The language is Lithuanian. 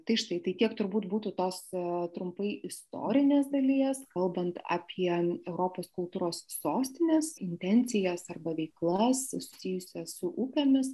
tai štai tai tiek turbūt būtų tos trumpai istorinės dalies kalbant apie europos kultūros sostinės intencijas arba veiklas susijusias su upėmis